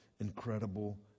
incredible